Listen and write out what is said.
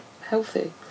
healthy